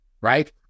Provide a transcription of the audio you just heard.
right